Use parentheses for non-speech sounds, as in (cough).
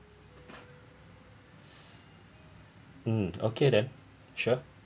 (breath) mm okay then sure